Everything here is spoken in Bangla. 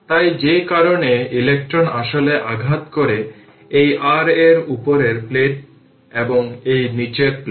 তাই যে কারণে ইলেক্ট্রন আসলে আঘাত করে এই r এর উপরের প্লেট এবং এই নীচের প্লেট